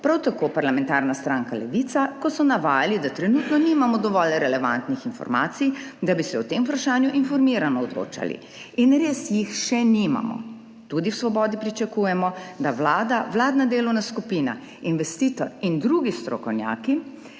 prav tako s parlamentarno stranko Levica, ko so navajali, da trenutno nimamo dovolj relevantnih informacij, da bi se o tem vprašanju informirano odločali. In res jih še nimamo. Tudi v Svobodi pričakujemo, da vladna delovna skupina, investitor in drugi strokovnjaki